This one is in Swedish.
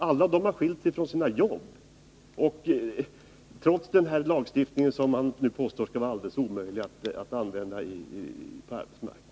Alla dessa har skilts från sina jobb, trots den här lagstiftningen, som man påstår skall vara alldeles omöjlig att använda på arbetsmarknaden.